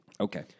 Okay